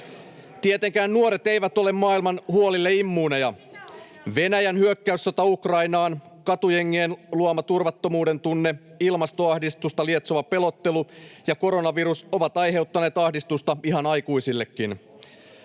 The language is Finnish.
Tietenkään nuoret eivät ole maailman huolille immuuneja. Venäjän hyökkäyssota Ukrainaan, katujengien luoma turvattomuudentunne, ilmastoahdistusta lietsova pelottelu ja koronavirus ovat aiheuttaneet ahdistusta ihan aikuisillekin.